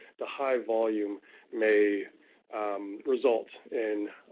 the high volume may result in